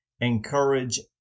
encourage